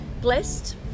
blessed